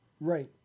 Right